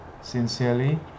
sincerely